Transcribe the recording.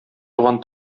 туган